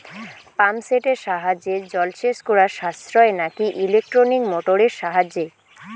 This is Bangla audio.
পাম্প সেটের সাহায্যে জলসেচ করা সাশ্রয় নাকি ইলেকট্রনিক মোটরের সাহায্যে?